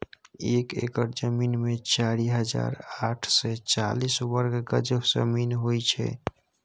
एक एकड़ जमीन मे चारि हजार आठ सय चालीस वर्ग गज जमीन होइ छै